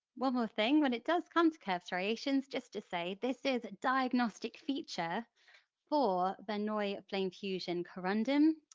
one more thing, when it does come to curved striations, just to say this is a diagnostic feature for verneuil flame fusion corundum,